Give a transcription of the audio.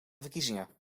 verkiezingen